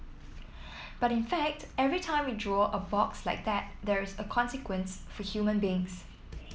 but in fact every time we draw a box like that there is a consequence for human beings